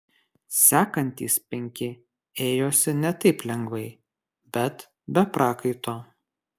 sekantys penki ėjosi ne taip lengvai bet be prakaito